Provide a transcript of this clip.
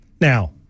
Now